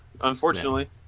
Unfortunately